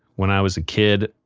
when i was a kid,